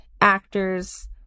actors